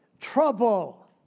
trouble